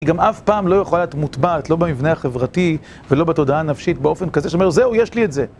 היא גם אף פעם לא יכולה להיות מוטבעת, לא במבנה החברתי ולא בתודעה הנפשית, באופן כזה שאומר, זהו, יש לי את זה.